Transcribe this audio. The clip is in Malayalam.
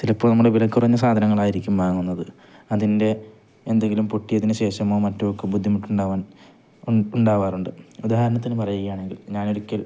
ചിലപ്പോള് നമ്മുടെ വിലകുറഞ്ഞ സാധനങ്ങളായിരിക്കും വാങ്ങുന്നത് അതിൻ്റെ എന്തെങ്കിലും പൊട്ടിയതിന് ശേഷമോ മറ്റോ ഒക്കെ ബുദ്ധിമുട്ടുണ്ടാവാൻ ഉണ്ടാവാറുണ്ട് ഉദാഹരണത്തിനു പറയുകയാണെങ്കിൽ ഞാനൊരിക്കൽ